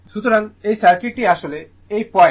সুতরাং এই সার্কিটটি আসলে এই পয়েন্ট